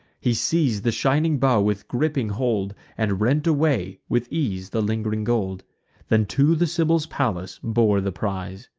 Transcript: he seiz'd the shining bough with griping hold, and rent away, with ease, the ling'ring gold then to the sibyl's palace bore the prize.